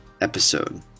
episode